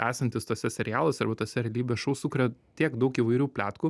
esantys tuose serialuose arba tuose realybės šou sukuria tiek daug įvairių pletkų